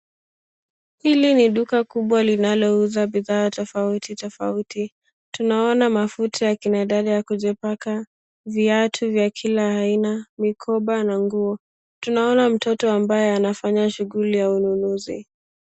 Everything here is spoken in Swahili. Hili ni duka kubwa linalouza bidhaa tofauti tofauti tunaona mafuta ya kina dada ya kujipaka ,viatu vya kila aina, mikoba na nguo tunaona mtoto ambaye anafanya shughuli ya ununuzi.